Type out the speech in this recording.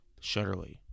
Shutterly